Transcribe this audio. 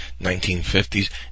1950s